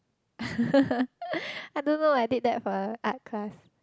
I don't know I did that for art class